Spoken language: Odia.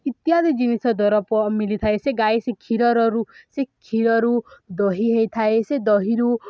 ଇତ୍ୟାଦି ଜିନିଷ ଦରପ ମିଳିଥାଏ ସେ ଗାଈ ସେ କ୍ଷୀରରୁ ସେ କ୍ଷୀରରୁ ଦହି ହେଇଥାଏ ସେ ଦହିରୁ